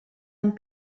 amb